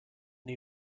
new